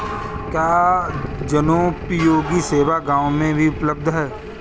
क्या जनोपयोगी सेवा गाँव में भी उपलब्ध है?